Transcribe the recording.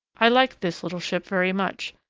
i liked this little ship very much.